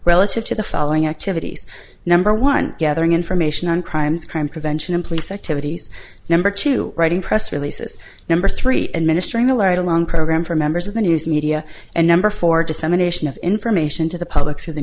relative to the following activities number one gathering information on crimes crime prevention and police activities number two writing press releases number three administering alert along program for members of the news media and number for dissemination of information to the public t